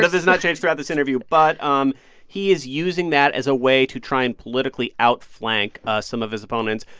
does not change throughout this interview. but um he is using that as a way to try and politically outflank ah some of his opponents.